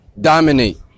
dominate